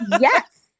yes